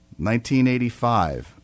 1985